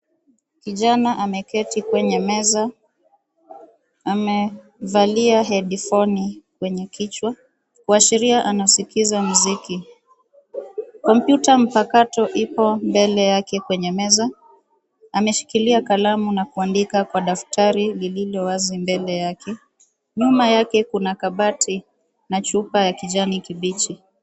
Kijana ameketi kwenye meza. Amevalia headphone kwenye kichwa kuashiria anasikiza muziki. Kompyuta mpakato ipo mbele yake kwenye meza. Ameshikilia kalamu na kuandika kwa daftari lililo wazi mbele yake. Nyuma yake kuna kabati na chupa ya kijani kibichi.